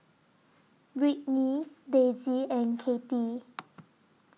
Brittny Daisey and Cathi